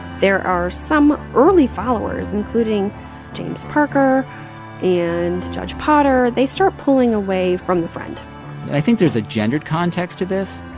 there are some early followers, including james parker and judge potter they start pulling away from the friend i think there's a gendered context to this.